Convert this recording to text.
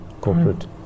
corporate